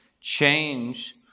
change